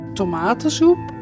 tomatensoep